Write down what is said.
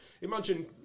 imagine